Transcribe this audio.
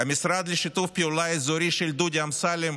המשרד לשיתוף פעולה אזורי של דודי אמסלם,